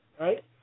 Right